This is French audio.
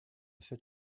sept